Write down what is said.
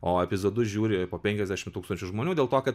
o epizodus žiūri po penkiasdešim tūkstančių žmonių dėl to kad